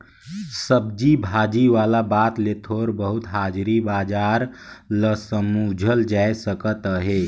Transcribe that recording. सब्जी भाजी वाला बात ले थोर बहुत हाजरी बजार ल समुझल जाए सकत अहे